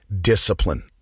discipline